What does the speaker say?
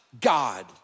God